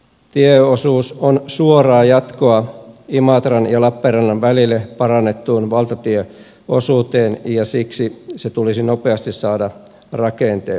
tieosuus on suoraa jatkoa imatran ja lappeenrannan välille parannettuun valtatieosuuteen ja siksi se tulisi nopeasti saada rakenteille